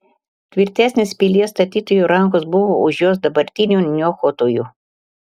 tvirtesnės pilies statytojų rankos buvo už jos dabartinių niokotojų